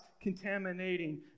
contaminating